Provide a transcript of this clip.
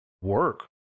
work